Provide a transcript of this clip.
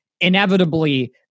inevitably